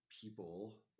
people